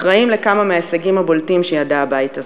אחראים לכמה מההישגים הבולטים שידע הבית הזה.